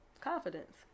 Confidence